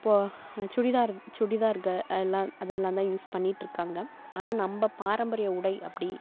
சுடிதார் சுடிதார் எல்லாம் அதெல்லாந்தான் யூஸ் பண்ணிட்டு இருக்காங்க ஆனால் நம்ம பாரம்பரிய உடை அப்படி